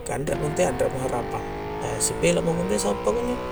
Kah anre' mo intu' ya anre' mo harapang, e' sepile' mo pa' kunjo'i